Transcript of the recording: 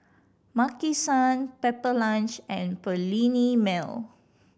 Maki San Pepper Lunch and Perllini Mel